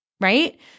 right